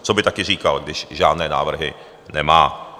Co by taky říkal, když žádné návrhy nemá?